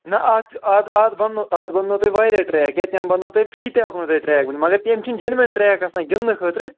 نَہ اَتھ چھِ اَتھ اَتھ بنٛنو اَتھ بنٛنو تۄہہِ واریاہ ٹرٛیک یا تِم بَنٛنو تۄہہِ فِرٛی تہِ ہٮ۪کونو تۄہہِ ٹرٛیک بٔنِتھ مگر تِم چھِنہٕ جٮ۪نوٮ۪ن ٹرٛیک آسان گِنٛدنہٕ خٲطرٕ